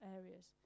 areas